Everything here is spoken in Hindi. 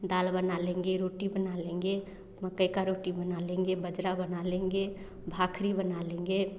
दाल बना लेंगे रोटी बना लेंगे मकई का रोटी बना लेंगे बाजरा बना लेंगे भाखरी बना लेंगे